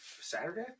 Saturday